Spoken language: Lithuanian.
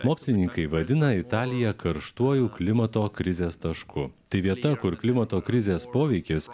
mokslininkai vadina italiją karštuoju klimato krizės tašku tai vieta kur klimato krizės poveikis